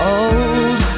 old